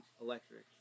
electric